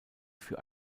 für